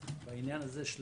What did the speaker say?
בעניין הזה של